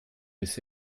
bis